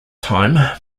time